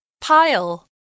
Pile